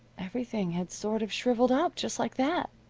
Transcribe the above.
everything had sort of shriveled up just like that.